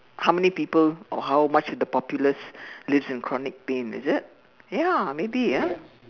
how many people or how much of the populace lives in chronic pain is it ya maybe ah